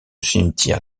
cimetière